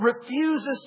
refuses